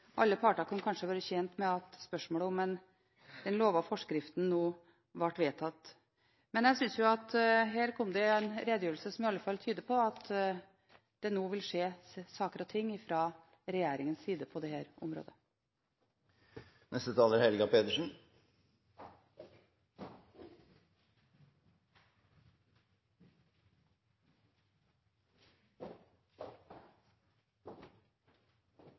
alle partene kanskje kunne være tjent med at den lovede forskriften nå blir vedtatt. Jeg synes at det her kom en redegjørelse som iallfall tyder på at det nå vil skje saker og ting fra regjeringens side på dette området. Jeg registrerer justisministerens beklagelse. Han understreker at det er